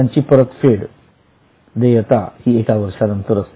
त्यांची परतफेड देता ही एका वर्षा नंतर असते